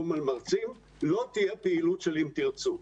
לא תהיה פעילות של "אם תרצו",